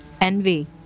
Envy